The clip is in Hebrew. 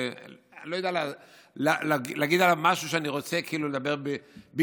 אני לא יודע להגיד עליו משהו שכאילו אני רוצה לדבר בגנותו.